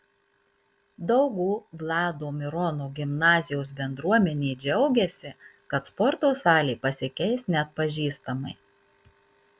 daugų vlado mirono gimnazijos bendruomenė džiaugiasi kad sporto salė pasikeis neatpažįstamai